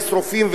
ושרופים,